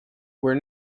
were